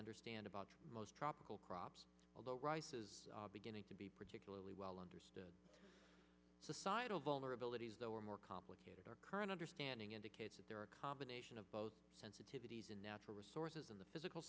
understand about most tropical crops although rice is beginning to be particularly well understood societal vulnerabilities though are more complicated our current understanding indicates that there are a combination of both sensitivities in natural resources in the physical